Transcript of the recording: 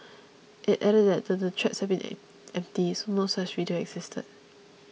it added that the the threats had been empty as no such video existed